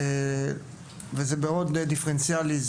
וזה מאוד דיפרנציאלי.